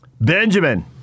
Benjamin